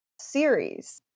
Series